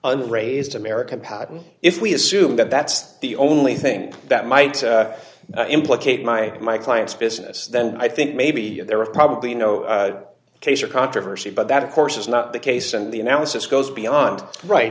and raised american patent if we assume that that's the only thing that might implicate my my client's business then i think maybe there is probably no case or controversy but that of course is not the case and the analysis goes beyond right